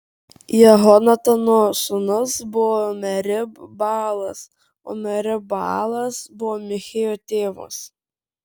jehonatano sūnus buvo merib baalas o merib baalas buvo michėjo tėvas